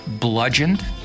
bludgeoned